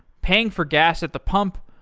paying for gas at the pump,